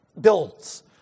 builds